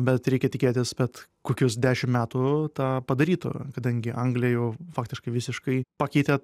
bet reikia tikėtis bet kokius dešim metų tą padarytų kadangi anglį jau faktiškai visiškai pakeitė